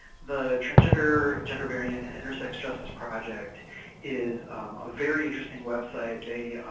the transgender, gender-variant, and intersex justice project is a very interesting website. they